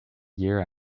year